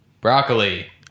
Broccoli